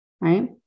right